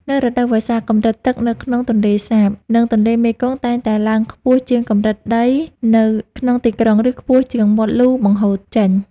នៅរដូវវស្សា កម្រិតទឹកនៅក្នុងទន្លេសាប និងទន្លេមេគង្គតែងតែឡើងខ្ពស់ជាងកម្រិតដីនៅក្នុងទីក្រុង ឬខ្ពស់ជាងមាត់លូបង្ហូរចេញ។